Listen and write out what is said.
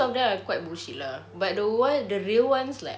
most of them are quite bullshit lah but the one the real ones like